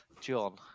John